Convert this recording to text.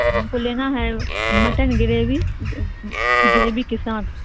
ہم کو لینا ہے مٹن گریوی گریوی کے ساتھ